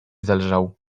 zelżał